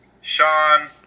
Sean